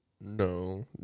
No